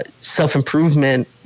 self-improvement